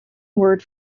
word